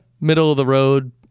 middle-of-the-road